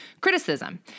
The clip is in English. criticism